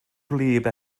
gwlyb